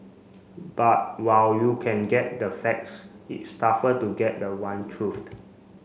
but while you can get the facts it's tougher to get the one